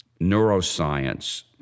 neuroscience